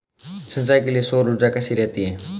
सिंचाई के लिए सौर ऊर्जा कैसी रहती है?